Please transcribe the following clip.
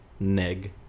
neg